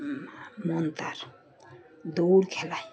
মন তার দৌড় খেলায়